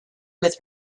with